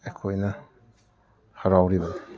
ꯑꯩꯈꯣꯏꯅ ꯍꯔꯥꯎꯔꯤꯕꯅꯤ